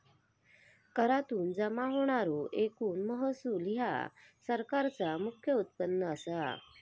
करातुन जमा होणारो एकूण महसूल ह्या सरकारचा मुख्य उत्पन्न असा